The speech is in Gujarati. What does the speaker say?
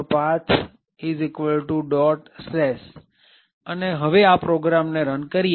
અને હવે આ પ્રોગ્રામ ને રન કરીએ